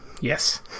Yes